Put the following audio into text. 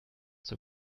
zur